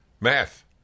Math